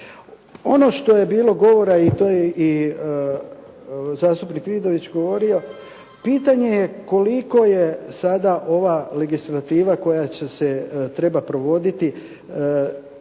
Ono što je bilo govora i to je i zastupnik Vidović govorio, pitanje je koliko je sada ova legislativa koja se treba provoditi i